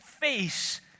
face